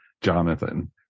Jonathan